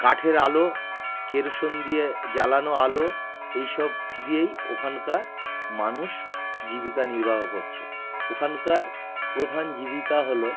কাঠের আলো কেরোসিন দিয়ে জ্বালানো আলো এই সব দিয়েই ওখানকার মানুষ জীবিকা নির্বাহ করছে ওখানকার প্রধান জীবিকা হলো